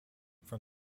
from